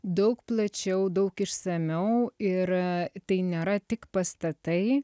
daug plačiau daug išsamiau ir tai nėra tik pastatai